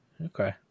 Okay